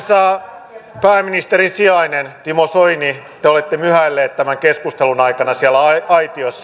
arvoisa pääministerin sijainen timo soini te olette myhäillyt tämän keskustelun aikana siellä aitiossa